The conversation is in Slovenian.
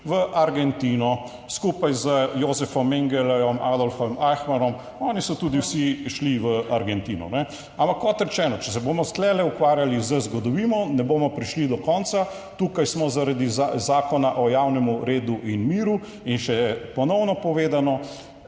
v Argentino, skupaj z Josephom Mengelem, Adolfom Ehmanom, oni so tudi vsi šli v Argentino. Ampak kot rečeno, če se bomo tu ukvarjali z zgodovino, ne bomo prišli do konca. Tukaj smo zaradi Zakona o javnem redu in miru in še ponovno povedano,